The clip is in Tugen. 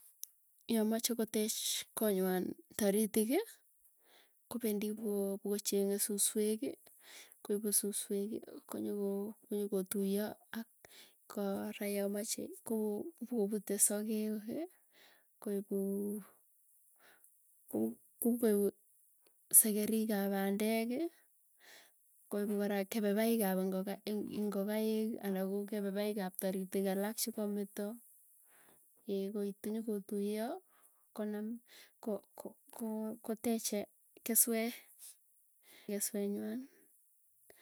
Yamache kotech konywan taritiki, kopendii po pukochenge suswek, koipu susweki konyoko konyokotuiyo ak. Kora yamachei kopokoputei sakeki koipu kupu kupukoipu sekerik ap pendeki, koipu kora kepepaik ap ingokaik and ko kepepaik ap taritik alak chikameto, koitu nyokotuiyo, konam ko ko ko koteche keswee, kesweenywan.